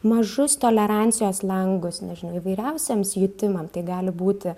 mažus tolerancijos langus nežinau įvairiausiems jutimam tai gali būti